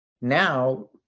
now